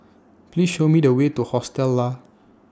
Please Show Me The Way to Hostel Lah